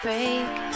Break